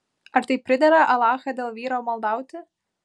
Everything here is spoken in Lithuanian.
ar tai pridera alachą dėl vyro maldauti